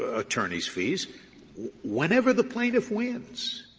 ah attorney's fees whenever the plaintiff wins,